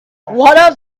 what